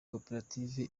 koperative